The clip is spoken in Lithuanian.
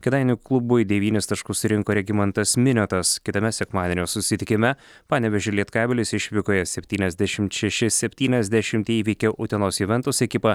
kėdainių klubui devynis taškus surinko regimantas miniotas kitame sekmadienio susitikime panevėžio lietkabelis išvykoje septyniasdešimt šeši septyniasdešimt įveikė utenos juventus ekipą